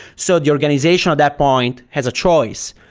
so the organization at that point has a choice.